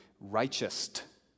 righteous